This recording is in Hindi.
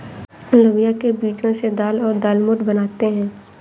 लोबिया के बीजो से दाल और दालमोट बनाते है